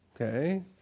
Okay